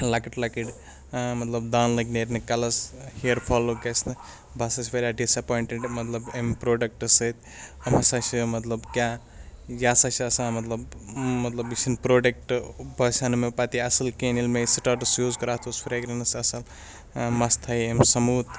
لۄکٕٹۍ لۄکٕٹۍ مطلب دانہٕ لٔگۍ نیرنہِ کَلَس ہِیَر فال لوٚگ گژھِ نہٕ بہٕ ہَسا چھُس واریاہ ڈِس اٮ۪پوینٹِڈ مطلب اَمہِ پرٛوڈَکٹ سۭتۍ چھِ مطلب کیٛاہ یہِ ہَسا چھِ آسان مطلب مطلب یہِ چھِ نہٕ پرٛوڈَکٹ باسیو نہٕ مےٚ پَتہٕ یہِ اَصٕل کِہیٖنۍ ییٚلہِ مےٚ یہِ سٹاٹٕس یوٗز کَرا اَتھ اوس فرٛٮ۪گرٮ۪نٕس اَصٕل مَس تھایے أمۍ سٕموٗتھ